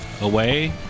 away